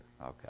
Okay